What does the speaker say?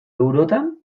eurotan